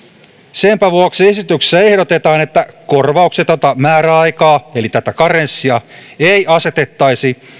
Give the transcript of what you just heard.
senpä vuoksi esityksessä ehdotetaan että korvauksetonta määräaikaa eli tätä karenssia ei asetettaisi